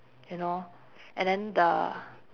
you know and then the